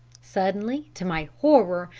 suddenly, to my horror,